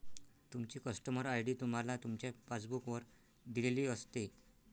तुमची customer ID तुम्हाला तुमच्या पासबुक वर दिलेली असते